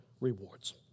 rewards